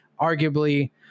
arguably